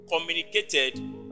communicated